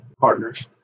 partners